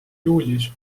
juulis